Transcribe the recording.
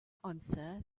answer